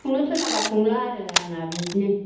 संनो थिनाब्ला संला आरो आंना बिदिनो